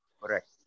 Correct